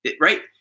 right